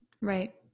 Right